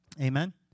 Amen